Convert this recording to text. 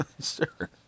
Sure